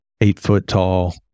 eight-foot-tall